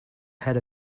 had